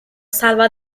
salva